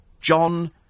John